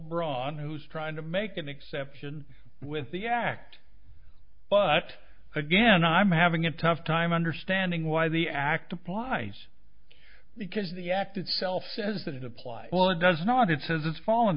braun who's trying to make an exception with the act but again i'm having a tough time understanding why the act applies because the act itself says that it applies or does not it says it's